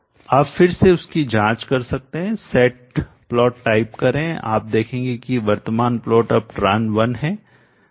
आप फिर से उसकी जाँच कर सकते हैं सेट प्लॉट टाइप करेंआप देखेंगे कि वर्तमान प्लॉट अब Tran 1 है